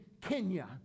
Kenya